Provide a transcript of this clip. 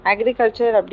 Agriculture